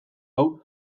hau